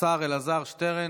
השר אלעזר שטרן,